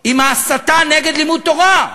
עם ההסתה נגד לימוד תורה?